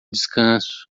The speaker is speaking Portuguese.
descanso